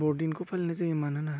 बर'दिनखौ फालिनाय जायो मानोना